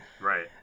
right